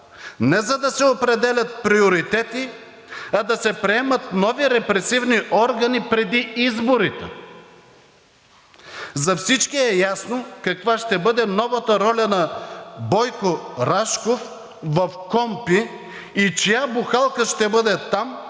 не за да се определят приоритети, а да се приемат нови репресивни органи преди изборите – за всички е ясно каква ще бъде новата роля на Бойко Рашков в Комисията за